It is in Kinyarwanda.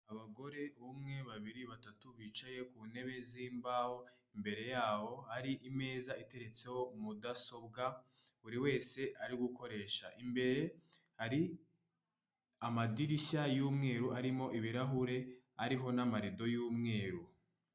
Abagore: umwe, babiri, batatu, bicaye ku ntebe z'imbaho, imbere yaho hari imeza iteretseho mudasobwa buri wese ari gukoresha. Imbere hari amadirishya y'umweru arimo ibirahure, ariho n'amarido y'umweru.